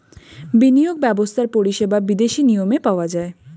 বিনিয়োগ ব্যবস্থার পরিষেবা বিদেশি নিয়মে পাওয়া যায়